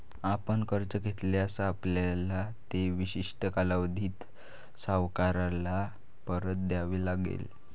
आपण कर्ज घेतल्यास, आपल्याला ते विशिष्ट कालावधीत सावकाराला परत द्यावे लागेल